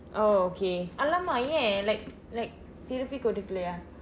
oh okay !alamak! ஏன்:een like like திருப்பி கொடுக்கவில்லை:thiruppi kodukkavillai